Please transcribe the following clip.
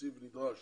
התקציב הנדרש.